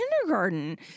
kindergarten